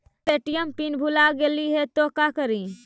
हमर ATM PIN भूला गेली हे, तो का करि?